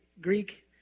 Greek